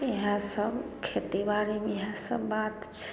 इएहा सब खेती बाड़ीमे इएहा सब बात छै